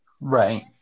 Right